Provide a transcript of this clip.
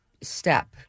step